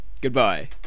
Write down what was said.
Goodbye